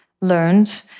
learned